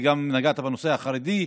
וגם נגעת בנושא החרדי.